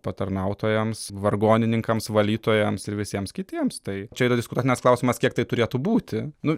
patarnautojams vargonininkams valytojams ir visiems kitiems tai čia yra diskutuotinas klausimas kiek tai turėtų būti nu